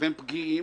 והם פגיעים.